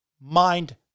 Mind